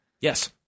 Yes